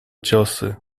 ciosy